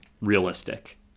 realistic